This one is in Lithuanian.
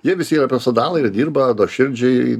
jie visi yra profesionalai ir dirba nuoširdžiai